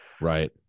Right